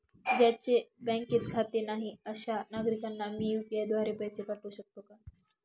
ज्यांचे बँकेत खाते नाही अशा नागरीकांना मी यू.पी.आय द्वारे पैसे पाठवू शकतो का?